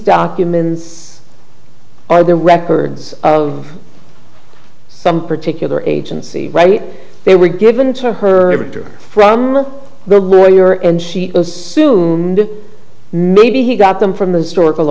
documents are the records of some particular agency right they were given to her over from the lawyer and she was soon maybe he got them from the stor